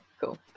cool